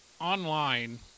online